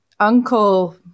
Uncle